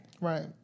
Right